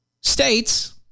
states